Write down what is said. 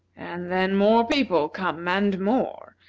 and then more people come and more,